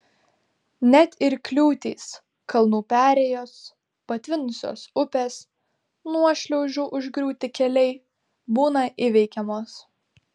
net ir kliūtys kalnų perėjos patvinusios upės nuošliaužų užgriūti keliai būna įveikiamos